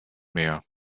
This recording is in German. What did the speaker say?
meer